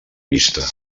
vista